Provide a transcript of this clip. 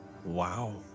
wow